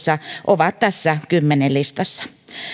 ovat tässä kymmenen listassa